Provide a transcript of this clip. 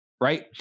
Right